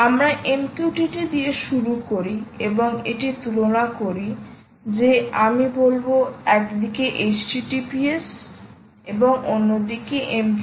আমরা MQTT দিয়ে শুরু করি এবং এটি তুলনা করি যে আমি বলব একদিকে HTTPS এবং অন্যদিকে MQTT